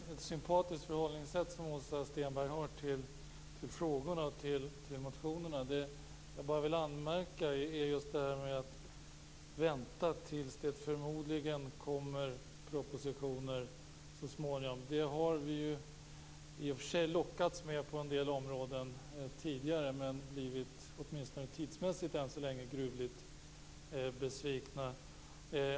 Herr talman! Jag tycker att Åsa Stenberg har ett sympatiskt förhållningssätt till frågorna och motionerna. Jag vill bara anmärka på att Åsa Stenberg säger att vi får vänta tills det förmodligen kommer propositioner. Det har vi i och för sig lockats med på en del områden tidigare, men blivit åtminstone tidsmässigt gruvligt besvikna.